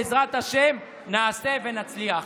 ובעזרת השם נעשה ונצליח.